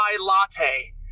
Latte